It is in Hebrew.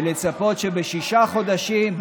לצפות שבשישה חודשים,